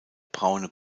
braune